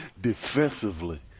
defensively